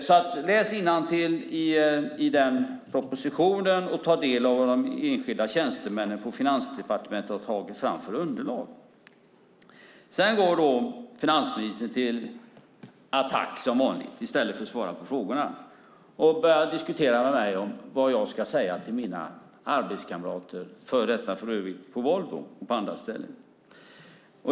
Läs alltså innantill i den propositionen och ta del av vad de enskilda tjänstemännen på Finansdepartementet har tagit fram för underlag! Sedan går finansministern som vanligt till attack, i stället för att svara på frågorna, och börjar diskutera vad jag ska säga till mina arbetskamrater - före detta, för övrigt - på Volvo och på andra ställen.